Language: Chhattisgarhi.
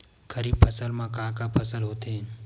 खरीफ फसल मा का का फसल होथे?